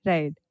Right